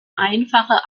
einfache